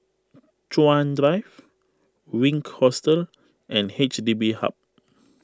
Chuan Drive Wink Hostel and H D B Hub